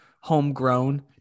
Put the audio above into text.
homegrown